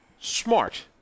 smart